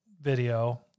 video